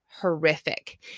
horrific